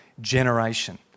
generation